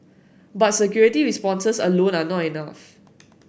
but security responses alone are not enough